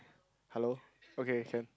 hello okay can